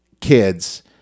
kids